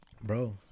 Bro